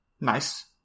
nice